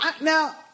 now